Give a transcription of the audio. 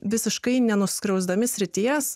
visiškai nenuskriausdami srities